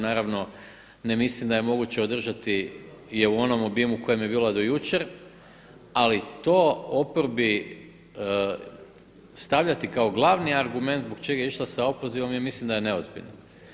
Naravno ne mislim da je moguće održati je u onom obimu u kojem je bila do jučer, ali to oporbi stavljati kao glavni argument zbog čega je išla sa opozivom, ja mislim da je neozbiljno.